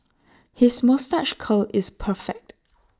his moustache curl is perfect